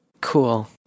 cool